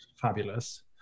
fabulous